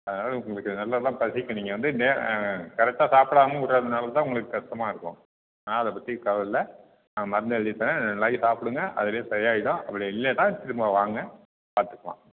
அதனால் உங்களுக்கு நல்லா தான் பசிக்கும் நீங்கள் வந்து நே கரக்டாக சாப்பிடாம விட்றதுனாலதான் உங்களுக்கு கஷ்டமாக இருக்கும் ஆனால் அது பற்றி கவலை இல்லை நான் மருந்து எழுதி தரேன் ரெண்டு நாளைக்கு சாப்பிடுங்க அதுவே சரியாயிடும் அப்படி இல்லன்னா திரும்ப வாங்க பார்த்துக்கலாம்